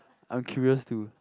I'm curious too